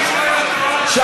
אני שואל אותו, החוק הזה.